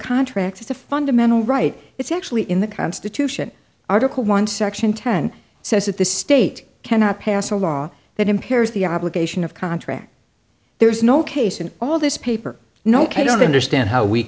contract is a fundamental right it's actually in the constitution article one section ten says that the state cannot pass a law that impairs the obligation of contract there's no case in all this paper no i don't understand how we